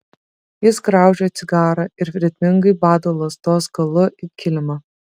jis graužia cigarą ir ritmingai bado lazdos galu į kilimą